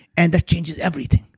and that changes everything